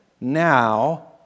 Now